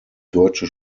deutsche